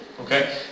okay